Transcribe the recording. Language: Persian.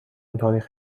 تاریخ